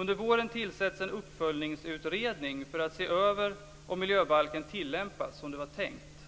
Under våren tillsätts en uppföljningsutredning för att se över om miljöbalken tillämpas som det var tänkt.